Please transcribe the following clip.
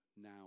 now